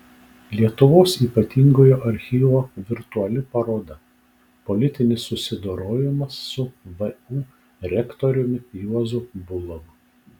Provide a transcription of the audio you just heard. lietuvos ypatingojo archyvo virtuali paroda politinis susidorojimas su vu rektoriumi juozu bulavu